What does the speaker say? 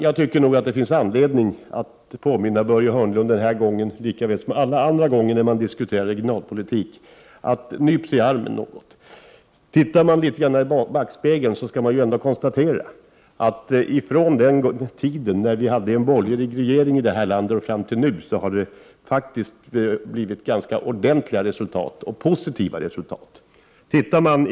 Jag tycker nog att det finns anledning att uppmana Börje Hörnlund, den här gången lika väl som alla andra gånger när vi diskuterar regionalpolitik, att nypa sig själv i armen litet. Tittar man i backspegeln, kan man ändå konstatera att från den tid när vi hade en borgerlig regering här i landet och fram till nu har det blivit ganska ordentliga resultat — och positiva resultat.